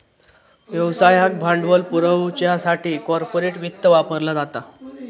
व्यवसायाक भांडवल पुरवच्यासाठी कॉर्पोरेट वित्त वापरला जाता